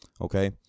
Okay